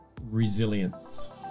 resilience